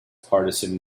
partisan